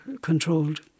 controlled